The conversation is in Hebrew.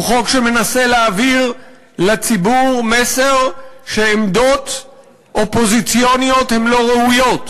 הוא חוק שמנסה להעביר לציבור מסר שעמדות אופוזיציוניות הן לא ראויות,